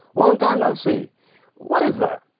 long time no see what is that?